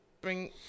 bring